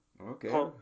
Okay